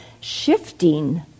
shifting